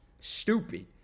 stupid